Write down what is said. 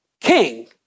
king